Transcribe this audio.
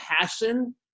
passion